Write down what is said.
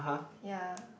ya